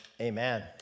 amen